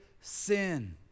sin